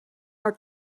are